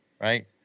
right